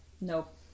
Nope